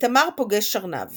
איתמר פוגש ארנב